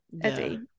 Eddie